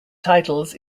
titles